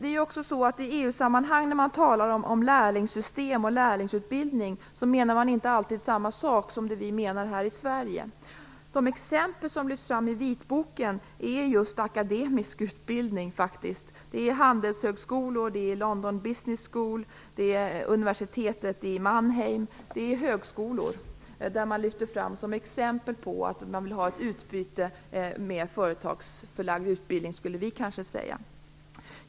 När man vidare i EU-sammanhang talar om lärlingssystem och lärlingsutbildning menar man inte alltid samma sak som det som vi menar här i Sverige. De exempel som lyfts fram i vitboken gäller faktiskt akademisk utbildning. Där lyfts handelshögskolor som t.ex. London Business School, universitetet i Mannheim och andra högskolor fram som exempel på önskemål om utbyte när det gäller - som vi kanske skulle kalla det - företagsförlagd utbildning.